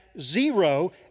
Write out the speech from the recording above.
zero